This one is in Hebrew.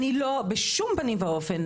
אני לא, בשום פנים ואופן.